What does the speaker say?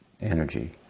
energy